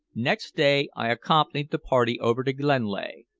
next day i accompanied the party over to glenlea,